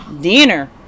Dinner